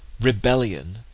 rebellion